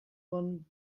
one